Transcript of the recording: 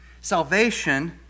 Salvation